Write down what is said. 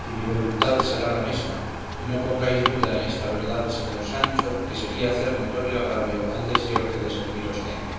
y mi voluntad será la mesma y no pongáis duda en esta verdad señor sancho que sería hacer notorio agravio al deseo que de serviros tengo